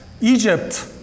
Egypt